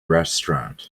restaurant